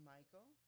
Michael